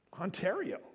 Ontario